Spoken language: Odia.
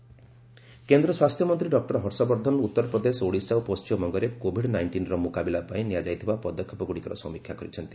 ଡକ୍ଲର ହର୍ଷବର୍ଦ୍ଧନ କେନ୍ଦ୍ର ସ୍ୱାସ୍ଥ୍ୟ ମନ୍ତ୍ରୀ ଡକ୍ଟର ହର୍ଷବର୍ଦ୍ଧନ ଉତ୍ତରପ୍ରଦେଶ ଓଡ଼ିଶା ଓ ପଶ୍ଚିମବଙ୍ଗରେ କୋଭିଡ୍ ନାଇଷ୍ଟିନ୍ର ମୁକାବିଲା ପାଇଁ ନିଆଯାଇଥିବା ପଦକ୍ଷେପଗୁଡ଼ିକର ସମୀକ୍ଷା କରିଛନ୍ତି